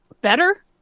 better